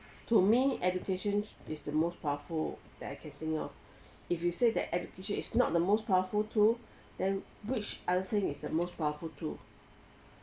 to me education is the most powerful that I can think of if you say that education is not the most powerful tool then which other thing is the most powerful tool